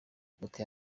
hagati